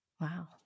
Wow